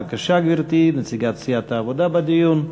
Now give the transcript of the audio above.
בבקשה, גברתי, נציגת סיעת העבודה בדיון.